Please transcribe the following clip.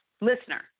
listener